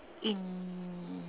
in